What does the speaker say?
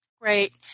Great